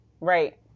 Right